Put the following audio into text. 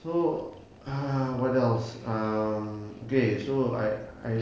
so ah what else um okay so I I